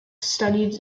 studied